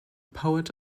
poet